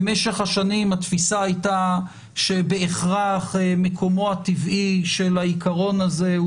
במשך השנים התפיסה הייתה שבהכרח מקומו הטבעי של העיקרון הזה הוא